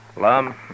Lum